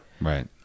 Right